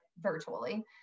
virtually